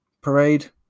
parade